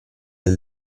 del